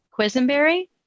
Quisenberry